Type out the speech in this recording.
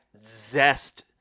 zest